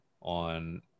on